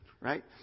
right